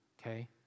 Okay